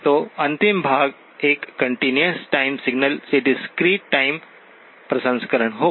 तो अंतिम भाग एक कंटीन्यूअस टाइम सिग्नलके डिस्क्रीट टाइम प्रसंस्करण होगा